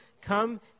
come